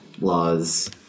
laws